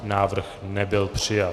Návrh nebyl přijat.